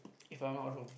if I'm not wrong